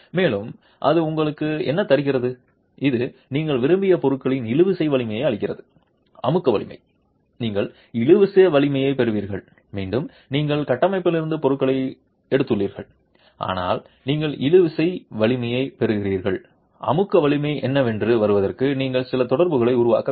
மேலும் அது உங்களுக்கு என்ன தருகிறது இது நீங்கள் விரும்பிய பொருளின் இழுவிசை வலிமையை அளிக்கிறது அழுத்த வலிமை நீங்கள் இழுவிசை வலிமையைப் பெறுவீர்கள் மீண்டும் நீங்கள் கட்டமைப்பிலிருந்து பொருளை எடுத்துள்ளீர்கள் ஆனால் நீங்கள் இழுவிசை வலிமையைப் பெறுகிறீர்கள் அமுக்க வலிமை என்னவென்று வருவதற்கு நீங்கள் சில தொடர்புகளை உருவாக்க வேண்டும்